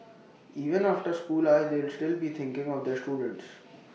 even after school hours they will still be thinking of their students